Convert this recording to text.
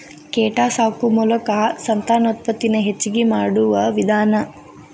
ಕೇಟಾ ಸಾಕು ಮೋಲಕಾ ಸಂತಾನೋತ್ಪತ್ತಿ ನ ಹೆಚಗಿ ಮಾಡುವ ವಿಧಾನಾ